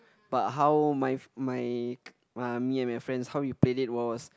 but how my my uh me and my friends how we played it was